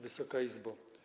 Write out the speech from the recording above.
Wysoka Izbo!